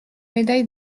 médaille